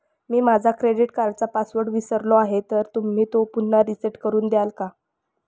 मी माझा क्रेडिट कार्डचा पासवर्ड विसरलो आहे तर तुम्ही तो पुन्हा रीसेट करून द्याल का?